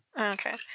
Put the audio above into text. Okay